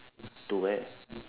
to where